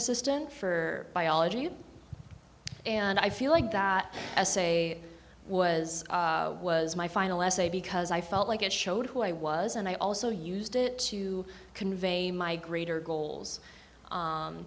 assistant for biology and i feel like the essay was was my final essay because i felt like it showed who i was and i also used it to convey my greater